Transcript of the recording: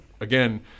again